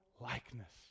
likeness